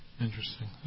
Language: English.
Interesting